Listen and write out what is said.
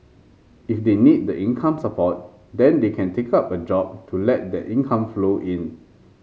if they need the income support then they can take up a job to let that income flow in